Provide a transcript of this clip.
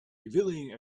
revealing